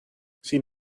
sin